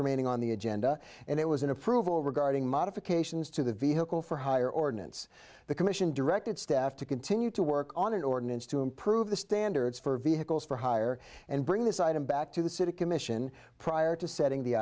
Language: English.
remaining on the agenda and it was an approval regarding modifications to the vehicle for hire ordinance the commission directed staff to continue to work on an ordinance to improve the standards for vehicles for hire and bring this item back to the city commission prior to setting the